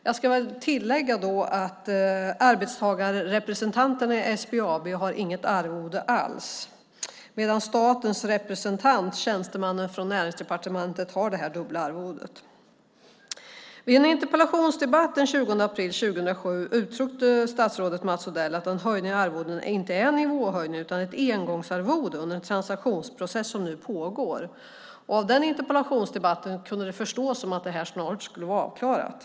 Jag ska då tillägga att arbetstagarrepresentanterna i SBAB inte har något arvode alls, medan statens representant, tjänstemannen från Näringsdepartementet, har detta dubbla arvode. Vid en interpellationsdebatt den 20 april 2007 uttryckte statsrådet Mats Odell att en höjning av arvodena inte är en nivåhöjning utan ett engångsarvode under den transaktionsprocess som nu pågår. Av den interpellationsdebatten kunde man förstå att detta snart skulle vara avklarat.